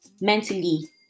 mentally